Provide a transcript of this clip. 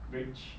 bridge